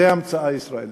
זו המצאה ישראלית,